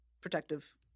protective